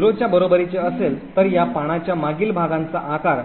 0 च्या बरोबरीचे असेल तर या पानाच्या मागील भागांचा आकार आपल्याकडे 2 असेल